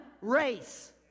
race